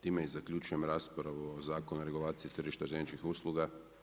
Time i zaključujem raspravu o Zakonu o regulaciji tržišta željezničkih usluga.